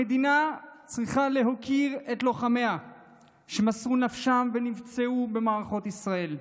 המדינה צריכה להוקיר את לוחמיה שמסרו נפשם ונפצעו במערכות ישראל.